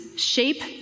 shape